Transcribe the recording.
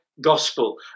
gospel